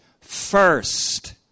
first